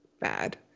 bad